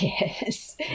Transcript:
Yes